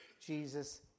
Jesus